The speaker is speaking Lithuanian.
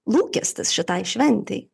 lūkestis šitai šventei